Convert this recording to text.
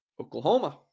Oklahoma